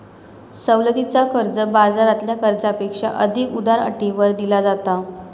सवलतीचा कर्ज, बाजारातल्या कर्जापेक्षा अधिक उदार अटींवर दिला जाता